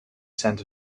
scent